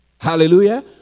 Hallelujah